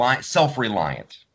self-reliant